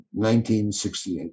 1968